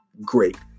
great